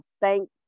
thank